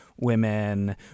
women